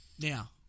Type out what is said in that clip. Now